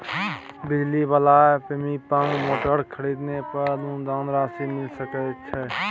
बिजली वाला pumping motor खरीदे पर अनुदान राशि मिल सके छैय?